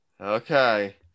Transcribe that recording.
Okay